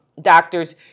doctors